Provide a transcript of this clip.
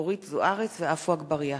אורית זוארץ ועפו אגבאריה.